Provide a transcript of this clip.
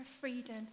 freedom